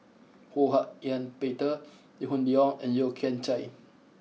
Ho Hak Ean Peter Lee Hoon Leong and Yeo Kian Chai